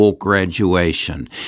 graduation